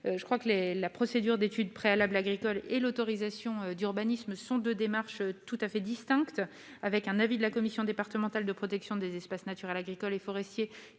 d'ampleur, la procédure de l'étude préalable agricole et l'autorisation d'urbanisme sont deux démarches tout à fait distinctes. L'avis de la commission départementale de préservation des espaces naturels, agricoles et forestiers